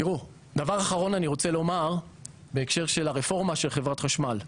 דבר אחרון שאני רוצה לומר בהקשר של הרפורמה של חברת חשמל,